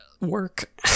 work